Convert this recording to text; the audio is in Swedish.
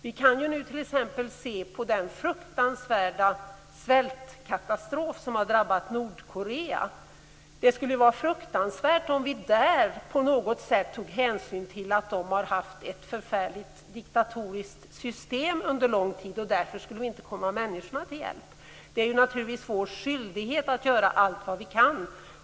Vi kan t.ex. se på den fruktansvärda svältkatastrof som har drabbat Nordkorea. Det skulle ju vara fruktansvärt om vi där på något sätt tog hänsyn till att de har haft ett förfärligt diktatoriskt system under lång tid och vi därför inte skulle komma människorna till hjälp. Det är naturligtvis vår skyldighet att göra allt vad vi kan.